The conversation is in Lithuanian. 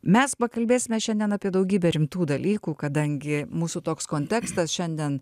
mes pakalbėsime šiandien apie daugybę rimtų dalykų kadangi mūsų toks kontekstas šiandien